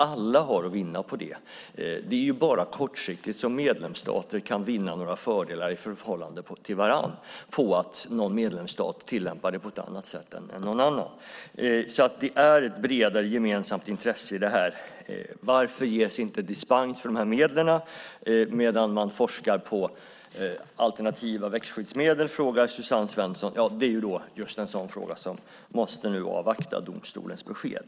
Alla har att vinna på det. Det är bara kortsiktigt som medlemsstater kan vinna fördelar i förhållande till varandra på att någon medlemsstat tillämpar det på ett annat sätt än någon annan. Det finns alltså ett bredare gemensamt intresse i detta. Suzanne Svensson frågar varför det inte ges dispens för dessa medel medan man forskar på alternativa växtskyddsmedel. Det är just en sådan fråga där vi måste avvakta domstolens besked.